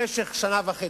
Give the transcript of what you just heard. למשך שנה וחצי.